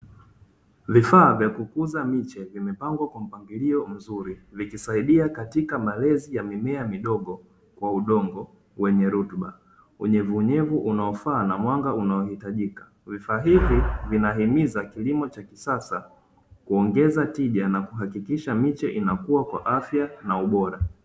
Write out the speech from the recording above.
Vifaa vya kukuza mishe vimepangwa kwa mpangilio mzuri, vikisaidia katika malezi ya mimea midogo kwa udongo wenye rutuba unyevu unyevu unaofaa na mwanga unaohitajika. Vifaa hivi vinahimiza kilimo cha kisasa na kuongeza tija na kuhakikisha mishe inakua kwa afya na ubora.